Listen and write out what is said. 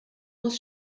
muss